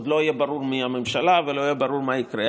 עוד לא יהיה ברור מי הממשלה ולא יהיה ברור מה יקרה,